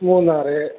Munnar